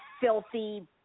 filthy